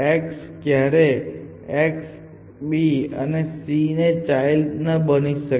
x ક્યારેય x b અને c નો ચાઈલ્ડ ન બની શકે